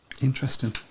Interesting